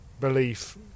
belief